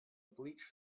bleach